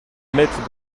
mettre